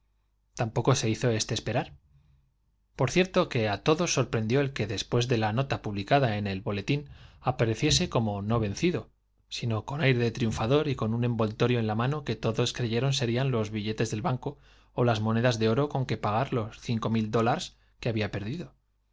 tampoco se hizo éste su apuesta á todos sorprendió el que esperar ror cierto que de la nota publicada en el boletín apareciese después no como vencido sino con aire de triunfador y con un envoltorio en la mano que todos creyeron serían los billetes de banco ó las monedas de oro con que pagar los dollars que había perdido